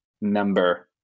number